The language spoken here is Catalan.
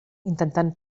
intentant